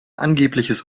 angebliches